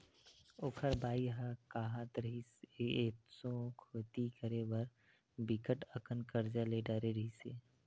ओखर बाई ह काहत रिहिस, एसो खेती करे बर बिकट अकन करजा ले डरे रिहिस हे